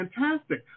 fantastic